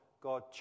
God